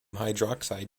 hydroxide